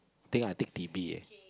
think I take t_v eh